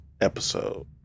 episode